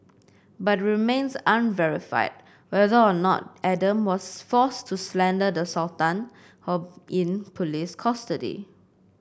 but it remains unverified whether or not Adam was forced to slander the Sultan while in police custody